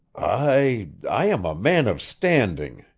i i am a man of standing,